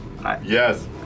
Yes